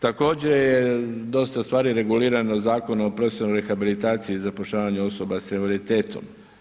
Također je dosta stvari regulirano Zakonom o profesionalnoj rehabilitaciji i zapošljavanju osoba sa invaliditetom.